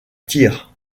tyr